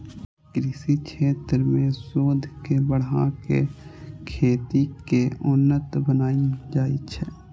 कृषि क्षेत्र मे शोध के बढ़ा कें खेती कें उन्नत बनाएल जाइ छै